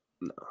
No